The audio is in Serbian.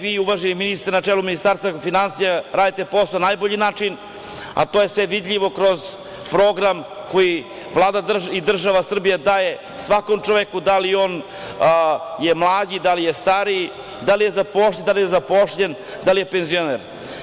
Vi, uvaženi ministre, na čelu Ministarstva finansija radite posao na najbolji način, a to je sve vidljivo kroz program koji Vlada i država Srbija daje svakom čoveku, bez obzira da li je on mlađi, da li je stariji, da li je zaposlen, da li je nezaposlen, da li je penzioner.